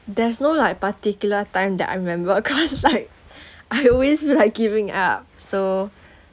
there's no like particular time that I remember cause like I always feel like giving up so